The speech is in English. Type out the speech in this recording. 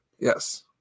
Yes